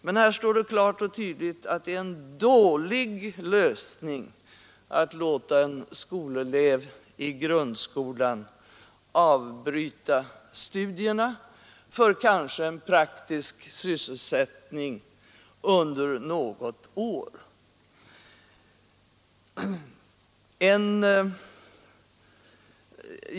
Men här står alltså klart och tydligt att det är en dålig lösning att låta en skolelev i grundskolan avbryta studierna för kanske en praktisk sysselsättning under något år.